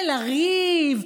ולריב,